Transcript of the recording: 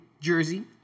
Jersey